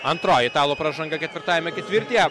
antroji italų pražanga ketvirtajame ketvirtyje